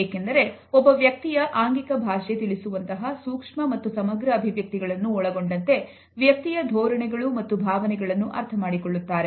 ಏಕೆಂದರೆ ಒಬ್ಬ ವ್ಯಕ್ತಿಯ ಆಂಗಿಕ ಭಾಷೆ ತಿಳಿಸುವಂತಹ ಸೂಕ್ಷ್ಮ ಮತ್ತು ಸಮಗ್ರ ಅಭಿವ್ಯಕ್ತಿಗಳನ್ನು ಒಳಗೊಂಡಂತೆ ವ್ಯಕ್ತಿಯ ಧೋರಣೆಗಳು ಮತ್ತು ಭಾವನೆಗಳನ್ನು ಅರ್ಥ ಮಾಡಿಕೊಳ್ಳುತ್ತಾರೆ